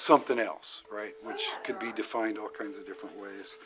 something else right could be defined all kinds of different ways